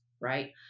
Right